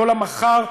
לא למחר,